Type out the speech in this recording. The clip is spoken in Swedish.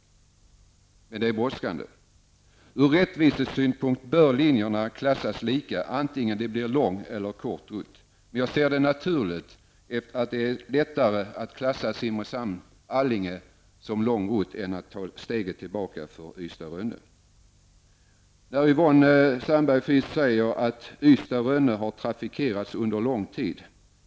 Men det är brådskande. Ur rättvisesynpunkt bör linjerna klassas lika, vare sig det är lång eller kort rutt. Jag ser det som naturligt att det är lättare att klassa Simrishamn--Allinge-linjen som långroute än att ta steget tillbaka till Ystad--Rönne-linjen. Yvonne Sandberg-Fries säger att Ystad--Rönnelinjen har trafikerats under lång tid.